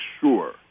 sure